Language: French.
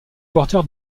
porteur